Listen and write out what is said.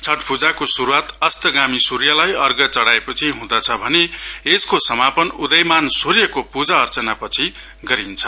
छठ पूजाको शुरुआत अस्तगामी सूर्यलाई अर्ध्य चढ़ापछि हुँदछ भने यसको समापन उदयमान सूर्यको पूजा अर्चनापछि गरिन्छ